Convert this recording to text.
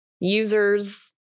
user's